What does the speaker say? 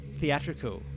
theatrical